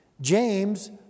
James